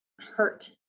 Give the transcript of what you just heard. hurt